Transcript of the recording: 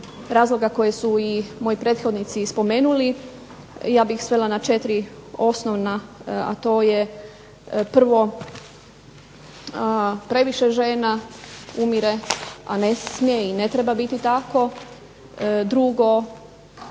razloga koje su i moji prethodnici spomenuli. Ja bi ih svela na četiri osnovna, a to je 1. previše žena umire, a ne smije i ne treba biti tako,